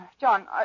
John